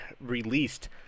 released